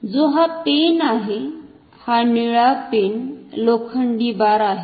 जो हा पेन आहे हा निळा पेन लोखंडी बार आहे